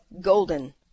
golden